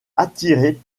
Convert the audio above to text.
attirée